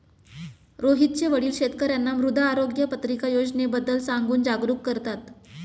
रोहितचे वडील शेतकर्यांना मृदा आरोग्य पत्रिका योजनेबद्दल सांगून जागरूक करतात